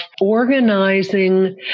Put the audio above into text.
organizing